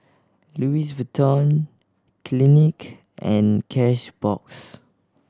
Louis Vuitton Clinique and Cashbox